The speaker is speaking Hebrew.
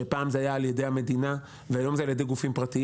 שפעם זה נעשה על ידי המדינה והיום זה נעשה על ידי גופים פרטיים.